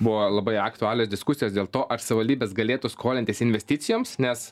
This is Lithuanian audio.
buvo labai aktualios diskusijos dėl to ar savivaldybės galėtų skolintis investicijoms nes